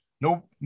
no